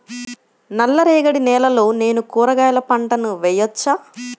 నల్ల రేగడి నేలలో నేను కూరగాయల పంటను వేయచ్చా?